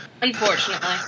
Unfortunately